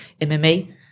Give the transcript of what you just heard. MMA